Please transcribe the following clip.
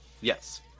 Yes